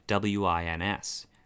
WINS